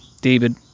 David